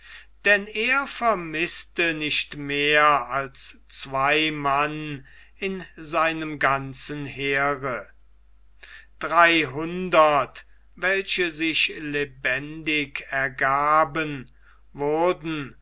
denn er vermißte nicht mehr als zwei mann in seinem ganzen heere dreihundert welche sich lebendig ergaben wurden